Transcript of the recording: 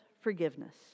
forgiveness